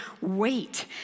wait